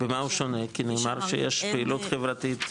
במה הוא שונה, כי נאמר שיש פעילות חברתית.